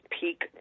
peak